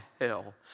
hell